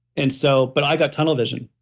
and so but i got tunnel vision.